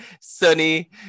sunny